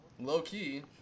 low-key